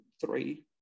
three